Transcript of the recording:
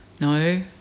No